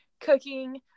cooking